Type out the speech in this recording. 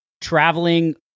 traveling